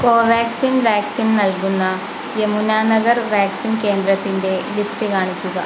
Covaxin vaccine നൽകുന്ന Yamuna Nagar vaccine കേന്ദ്രത്തിൻ്റെ list കാണിക്കുക